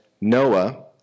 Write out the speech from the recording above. Noah